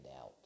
out